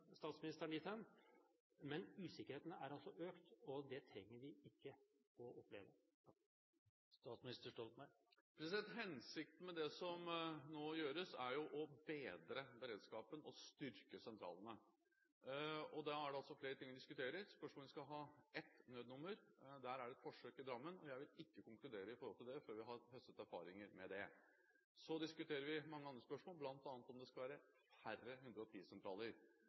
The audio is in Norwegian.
statsministeren dit hen. Men usikkerheten har altså økt, og det trenger vi ikke å oppleve. Hensikten med det som nå gjøres, er å bedre beredskapen og styrke sentralene. Da er det flere ting vi diskuterer. Det er spørsmål om vi skal ha ett nødnummer. Det forsøkes i Drammen, og jeg vil ikke konkludere før vi har høstet erfaringer med det. Så diskuterer vi mange andre spørsmål, bl.a. om det skal være færre